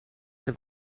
have